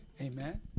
Amen